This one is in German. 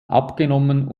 abgenommen